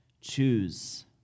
choose